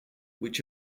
which